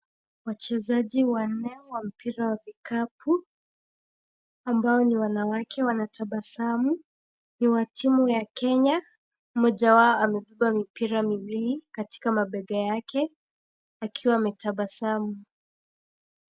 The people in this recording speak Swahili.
Wachezaji wanne wa mpira wa vikapu, ambao ni wanawake. Wanatabasamu, ni wa timu ya Kenya. Mmoja wao amebeba mipira miwili katika mabega yake, akiwa ametabasamu.